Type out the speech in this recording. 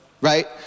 right